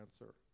answer